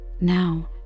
Now